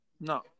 No